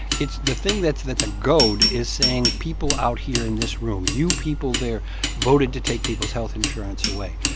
it's the thing that's that's a goad is saying people out here in this room, you people there voted to take people's health insurance away.